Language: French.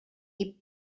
est